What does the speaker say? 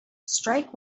strike